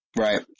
Right